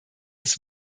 des